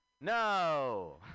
No